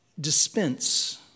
dispense